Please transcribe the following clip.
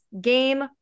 game